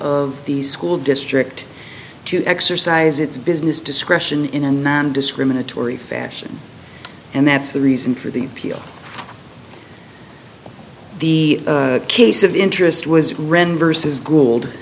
of the school district to exercise its business discretion in a nondiscriminatory fashion and that's the reason for the appeal the case of interest was ren versus g